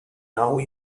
now